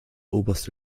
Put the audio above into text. oberste